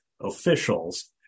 officials